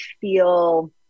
feel